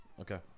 Okay